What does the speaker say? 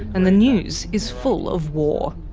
and the news is full of war.